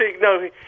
no